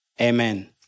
Amen